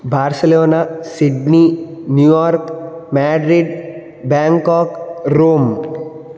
Barcelona Sydney New York Madrid Bangkok Rome